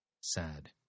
Sad